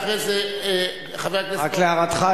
ואחרי זה - חבר הכנסת --- רק להערתך,